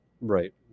Right